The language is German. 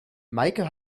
meike